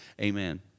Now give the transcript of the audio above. Amen